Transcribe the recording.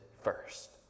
first